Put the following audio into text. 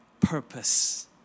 purpose